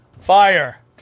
fire